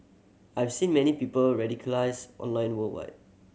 I've seen many people radicalised online worldwide